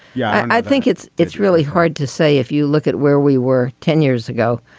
yeah, i think it's it's really hard to say. if you look at where we were ten years ago,